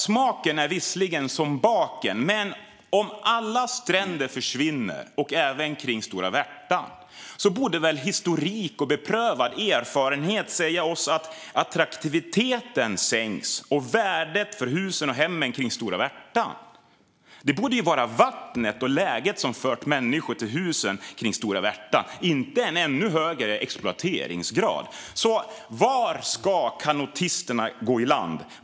Smaken är visserligen som baken, men om alla stränder försvinner, även kring Stora Värtan, borde historik och beprövad erfarenhet säga oss att attraktiviteten sänks och därmed värdet på husen och hemmen kring Stora Värtan. Det borde vara vattnet och läget som har fört människor till husen kring Stora Värtan - inte en ännu högre exploateringsgrad. Så var ska kanotisterna gå i land?